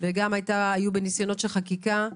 והיו בניסיונות של חקיקה.